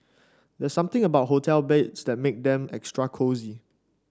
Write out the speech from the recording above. there's something about hotel beds that make them extra cosy